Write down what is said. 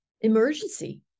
emergency